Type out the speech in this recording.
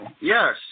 yes